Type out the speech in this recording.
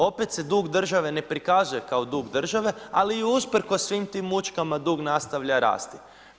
Opet se dug države ne prikazuje kao dug države, ali i usprkos svim tim mučkama dug nastavlja rasti.